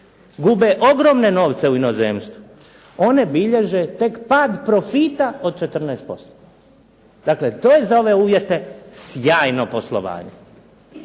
gube ogromne novce u inozemstvu, one bilježe tek pad profita od 14%. Dakle to je za ove uvjete sjajno poslovanje.